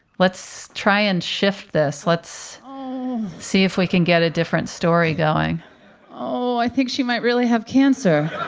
let's try and shift this. let's see if we can get a different story going oh, i think she might really have cancer.